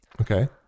Okay